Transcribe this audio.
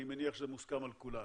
אני מניח שזה מוסכם על כולנו.